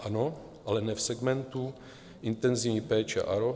Ano, ale ne v segmentu intenzivní péče, ARO.